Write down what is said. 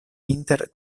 inter